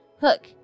Hook